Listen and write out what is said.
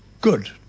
good